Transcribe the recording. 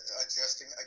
adjusting